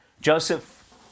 Joseph